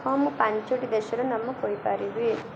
ହଁ ମୁଁ ପାଞ୍ଚୋଟି ଦେଶର ନାମ କହିପାରିବି